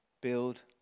build